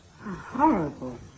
Horrible